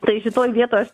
tai šitoj vietoj aš